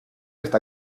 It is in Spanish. esta